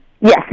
Yes